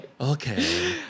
Okay